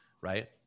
right